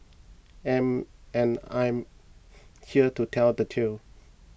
and and I am here to tell the tale